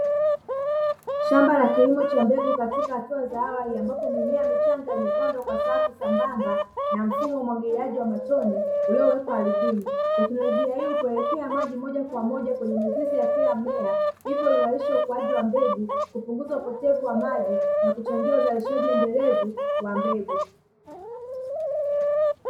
Shamba la kilimo cha mbegu katika hatua za awali ambapo mimea michanga imepandwa kwa safu sambamba na mfumo wa umwagiliaji wa matone uliowekwa ardhini. Teknolojia hii hupeleka maji moja kwa moja kwenye mizizi ya kila mmea hivyo huimarisha ukuaji wa mbegu, kupunguza upotevu wa maji na kuchangia uzalishaji endelevu wa mbegu.